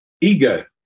ego